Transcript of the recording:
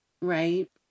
right